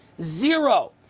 zero